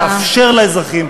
לאפשר לאזרחים,